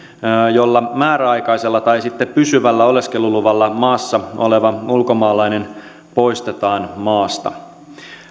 jolla määräaikaisella tai sitten pysyvällä oleskeluluvalla maassa oleva ulkomaalainen poistetaan maasta